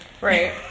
Right